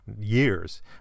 years